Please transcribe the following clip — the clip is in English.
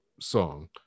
song